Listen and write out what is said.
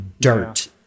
dirt